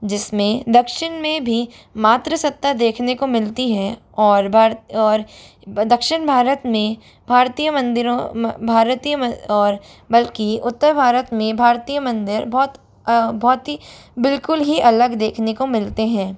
जिस में दक्षिन में भी मात्र सत्ता देखने को मिलती है और भारत और दक्षिन भारत में भारतीय मंदिरों भारतीय और बल्कि उत्तर भारत में भारतीय मंदिर बहुत बहुत ही बिल्कुल ही अलग देखने को मिलते हैं